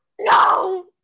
No